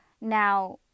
now